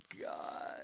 God